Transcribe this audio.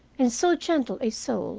in so gentle a soul